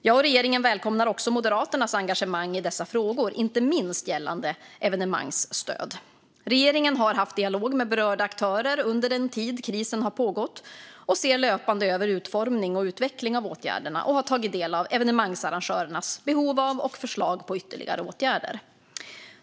Jag och regeringen välkomnar också Moderaternas engagemang i dessa frågor, inte minst gällande evenemangsstöd. Regeringen har haft dialog med berörda aktörer under den tid krisen har pågått. Regeringen ser löpande över utformning och utveckling av åtgärderna och har tagit del av evenemangsarrangörernas behov av och förslag på ytterligare åtgärder.